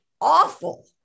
awful